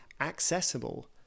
accessible